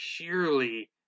purely